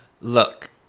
look